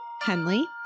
Henley